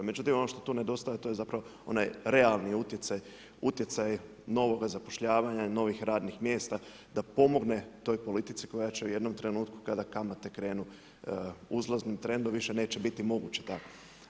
Međutim, ono što tu nedostaje, to je zapravo onaj realni utjecaj, utjecaj novoga zapošljavanja, novih radnih mjesta da pomogne toj politici koja će u jednom trenutku kada kamate krenu uzlaznim trendom, više neće biti moguće tako.